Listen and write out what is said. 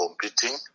competing